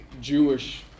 Jewish